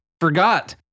forgot